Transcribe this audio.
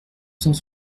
cent